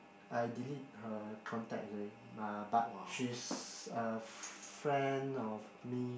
I delete her contact already but she's a friend of me